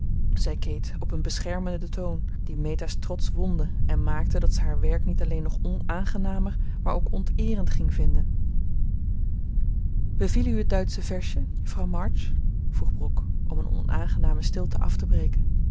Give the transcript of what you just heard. zei kate op een beschermenden toon die meta's trots wondde en maakte dat ze haar werk niet alleen nog onaangenamer maar ook onteerend ging vinden beviel u het duitsche versje juffrouw march vroeg brooke om een onaangename stilte af te breken